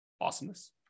Awesomeness